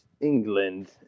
England